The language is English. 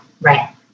Right